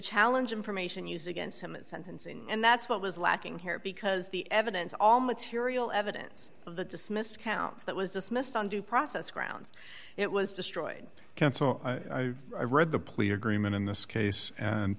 challenge information used against him at sentencing and that's what was lacking here because the evidence all material evidence of the dismiss counts that was dismissed on due process grounds it was destroyed counsel read the plea agreement in this case